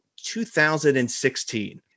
2016